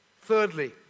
Thirdly